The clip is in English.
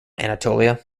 anatolia